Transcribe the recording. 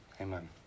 Amen